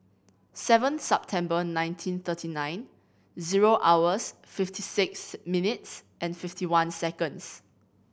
seven Sepember nineteen thirty nine zero hours fifty six minutes and fifty one seconds